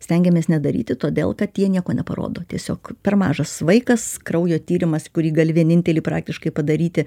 stengiamės nedaryti todėl kad jie nieko neparodo tiesiog per mažas vaikas kraujo tyrimas kurį gali vienintelį praktiškai padaryti